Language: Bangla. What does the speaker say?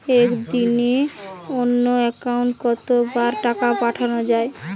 একদিনে অন্য একাউন্টে কত বার টাকা পাঠানো য়ায়?